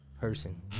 person